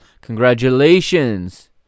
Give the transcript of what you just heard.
Congratulations